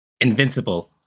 Invincible